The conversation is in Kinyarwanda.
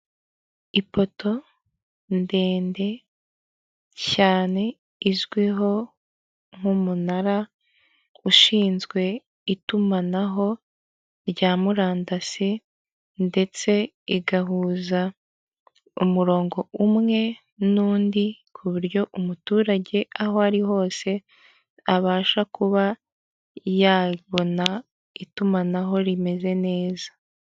Amafaranga y'amadorari azinze mu mifungo akaba ari imifungo itandatu iyi mifungo uyibonye yaguhindurira ubuzima rwose kuko amadolari ni amafaranga menshi cyane kandi avunjwa amafaranga menshi uyashyize mumanyarwanda rero uwayaguha wahita ugira ubuzima bwiza.